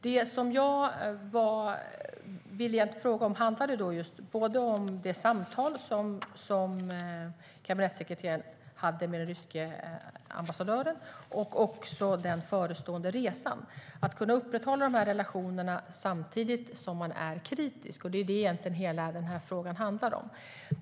Det jag ville fråga om handlade både om det samtal som kabinettssekreteraren hade med den ryske ambassadören och om den förestående resan. Hur kan man upprätthålla relationerna samtidigt som man är kritisk? Det är egentligen detta som hela frågan handlar om.